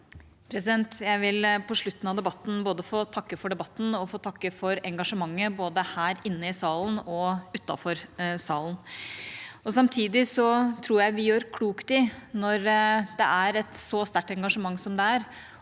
Jeg vil på slutten av debatten både få takke for debatten og få takke for engasjementet, både her inne i salen og utenfor salen. Samtidig tror jeg vi gjør klokt i – når det er et så sterkt engasjement som det er